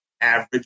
average